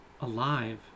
alive